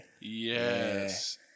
Yes